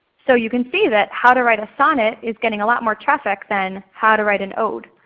so you can see that how to write a sonnet is getting a lot more traffic than how to write an ode.